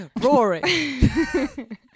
roaring